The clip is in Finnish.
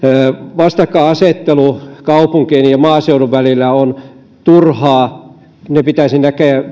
vastakkainasettelu kaupunkien ja maaseudun välillä on turhaa ne pitäisi nähdä